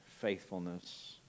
faithfulness